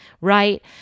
right